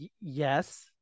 yes